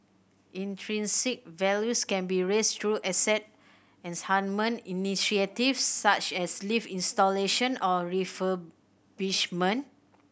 intrinsic values can be raised through asset initiatives such as lift installation or refurbishment